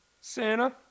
Santa